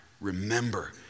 remember